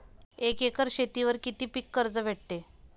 एक एकर शेतीवर किती पीक कर्ज भेटते?